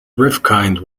rifkind